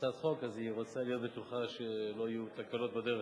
להצעת חוק היא רוצה להיות בטוחה שלא יהיו תקלות בדרך.